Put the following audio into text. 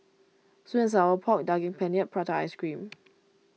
Sweet and Sour Pork Daging Penyet and Prata Ice Cream